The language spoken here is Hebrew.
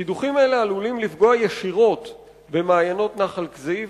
קידוחים אלה עלולים לפגוע ישירות במעיינות נחל כזיב,